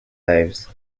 lives